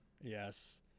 Yes